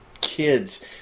kids